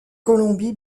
colombie